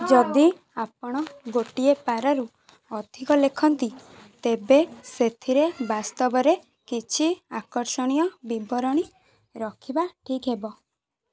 ଯଦି ଆପଣ ଗୋଟିଏ ପାରାରୁ ଅଧିକ ଲେଖନ୍ତି ତେବେ ସେଥିରେ ବାସ୍ତବରେ କିଛି ଆକର୍ଷଣୀୟ ବିବରଣୀ ରଖିବା ଠିକ୍ ହେବ